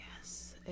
yes